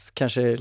kanske